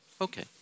Okay